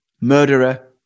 murderer